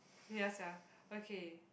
ya sia okay